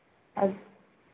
अच्छा